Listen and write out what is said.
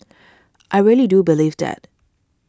I really do believe that